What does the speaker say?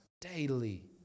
Daily